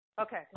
Okay